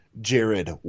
Jared